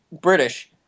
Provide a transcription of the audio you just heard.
British